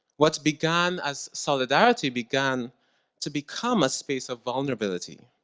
what began as solidarity began to become a space of vulnerability.